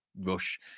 rush